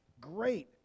Great